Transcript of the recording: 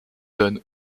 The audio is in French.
donne